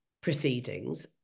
proceedings